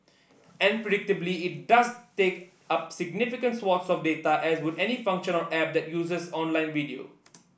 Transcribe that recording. and predictably it does take up significant swathes of data as would any function app that uses online video